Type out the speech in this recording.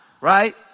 Right